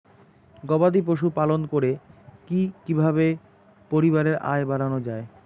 গবাদি পশু পালন করে কি কিভাবে পরিবারের আয় বাড়ানো যায়?